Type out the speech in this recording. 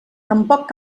tampoc